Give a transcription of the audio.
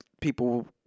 people